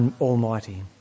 Almighty